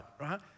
right